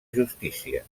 justícia